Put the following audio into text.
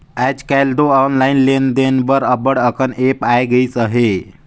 आएज काएल दो ऑनलाईन लेन देन बर अब्बड़ अकन ऐप आए गइस अहे